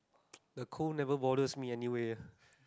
the cold never bothered me anyway